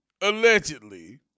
allegedly